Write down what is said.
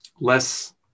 less